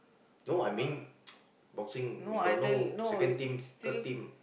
no I mean boxing we got no second team third team